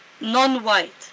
non-white